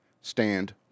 Stand